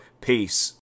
Peace